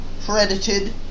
credited